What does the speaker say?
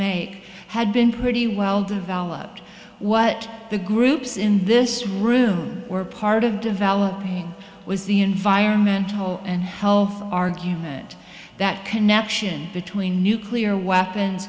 make had been pretty well developed what the groups in this room were part of developing was the environmental and health argument that connection between nuclear weapons